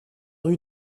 rue